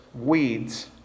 weeds